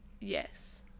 Yes